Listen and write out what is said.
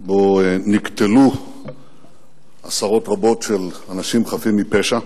אשר בו נקטלו עשרות רבות של אנשים חפים מפשע.